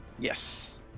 Yes